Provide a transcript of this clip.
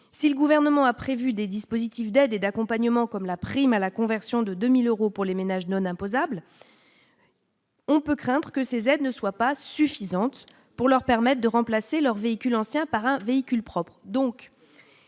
si le gouvernement a prévu des dispositifs d'aide et d'accompagnement, comme la prime à la conversion de 2000 euros pour les ménages non imposables. On peut craindre que ces aides ne soient pas suffisantes pour leur permettent de remplacer leurs véhicules anciens par un véhicule propre,